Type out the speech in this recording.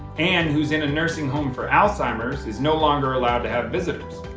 ann, who's in a nursing home for alzheimer's, is no longer allowed to have visitors.